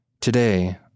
Today